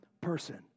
person